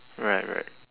right right